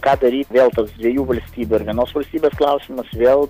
ką daryt vėl tas dviejų valstybių ar vienos valstybės klausimas vėl